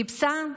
היא חיפשה,